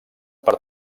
per